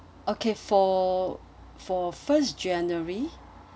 okay for for first january